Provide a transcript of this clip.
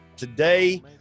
Today